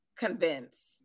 Convince